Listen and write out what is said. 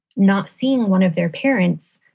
not seeing one of their parents.